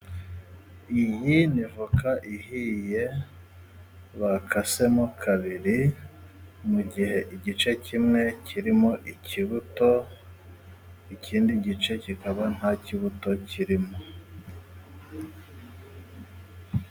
Iyi ni voka ihiye, bakasemo kabiri, mu gihe igice kimwe kirimo ikibuto, ikindi gice kikaba nta kibuto kirimo.